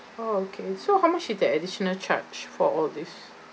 oh okay so how much is the additional charge for all these